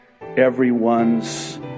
everyone's